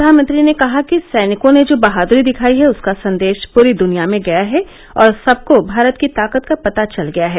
प्रधानमंत्री ने कहा कि सैनिकों ने जो बहादुरी दिखाई है उसका संदेश पूरी दुनिया में गया है और सबको भारत की ताकत का पता चल गया है